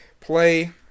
play